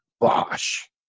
Bosh